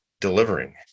delivering